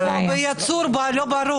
לא.